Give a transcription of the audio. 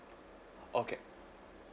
okay